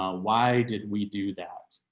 ah why did we do that.